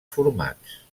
formats